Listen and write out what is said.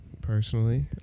personally